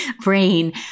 brain